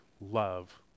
love